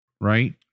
right